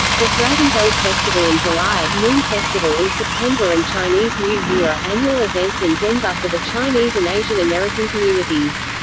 the dragon boat festival in july, moon festival in september and chinese new year are annual events in denver for the chinese and asian-american communities.